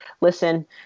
listen